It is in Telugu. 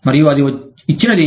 మరియు అది ఇచ్చినది